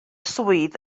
swydd